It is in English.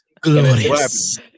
Glorious